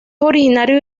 originario